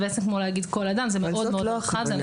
זה בעצם כמו להגיד כמו כל אדם וזה מאוד מאוד רחב.